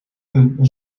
een